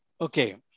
Okay